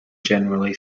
generally